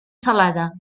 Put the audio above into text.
salada